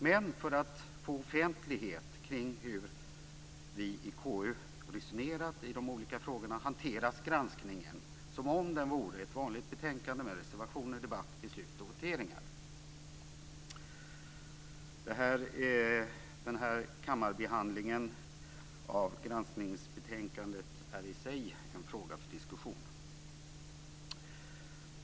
Men för att få offentlighet kring hur vi i KU resonerat i de olika frågorna hanteras granskningen som om den vore ett vanligt betänkande med reservationer, debatt, beslut och voteringar. Kammarbehandlingen av granskningsbetänkandet är i sig en fråga för diskussion.